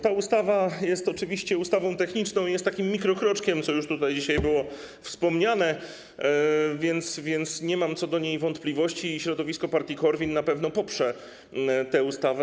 Ta ustawa jest oczywiście ustawą techniczną i takim mikrokroczkiem, co już tutaj dzisiaj było wspomniane, a więc nie mam co do niej wątpliwości i środowisko partii KORWiN na pewno poprze tę ustawę.